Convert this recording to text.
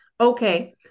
okay